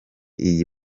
iyi